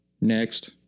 Next